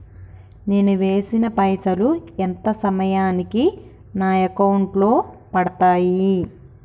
నేను వేసిన పైసలు ఎంత సమయానికి నా అకౌంట్ లో పడతాయి?